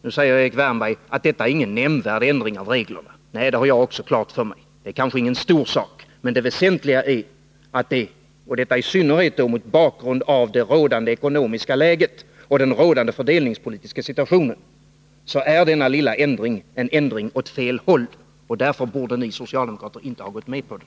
Nu säger Erik Wärnberg att det inte gäller någon nämnvärd ändring av reglerna. Nej, det har jag också klart för mig, och det är kanske inte någon stor sak. Men det väsentliga — i synnerhet mot bakgrund av det rådande ekonomiska läget och den rådande fördelningspolitiska situationen — är att denna lilla ändring är en ändring åt fel håll. Därför borde ni socialdemokrater inte ha gått med på den.